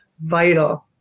vital